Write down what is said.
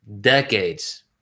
decades